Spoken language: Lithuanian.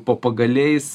po pagaliais